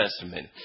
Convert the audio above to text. Testament